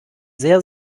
sehr